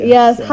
Yes